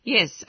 Yes